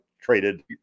traded